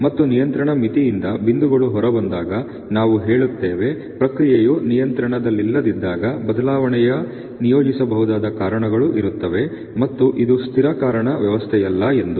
ಮತ್ತು ನಿಯಂತ್ರಣ ಮಿತಿಯಿಂದ ಬಿಂದುಗಳು ಹೊರಬಂದಾಗ ನಾವು ಹೇಳುತ್ತೇವೆ ಪ್ರಕ್ರಿಯೆಯು ನಿಯಂತ್ರಣದಲ್ಲಿಲ್ಲದಿದ್ದಾಗ ಬದಲಾವಣೆಯ ನಿಯೋಜಿಸಬಹುದಾದ ಕಾರಣಗಳು ಇರುತ್ತವೆ ಮತ್ತು ಇದು ಸ್ಥಿರ ಕಾರಣ ವ್ಯವಸ್ಥೆಯಲ್ಲ ಎಂದು